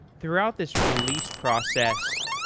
throughout this release process,